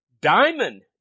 Diamond